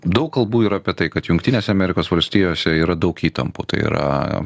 daug kalbų yra apie tai kad jungtinėse amerikos valstijose yra daug įtampų tai yra